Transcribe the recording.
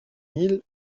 mille